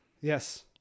Yes